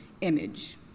image